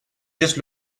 just